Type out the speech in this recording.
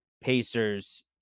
Pacers